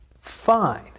fine